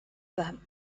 them